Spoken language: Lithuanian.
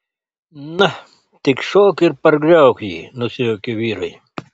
na tik šok ir pargriauk jį nusijuokė vyrai